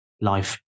life